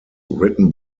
written